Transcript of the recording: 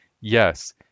Yes